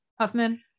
Huffman